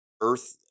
earth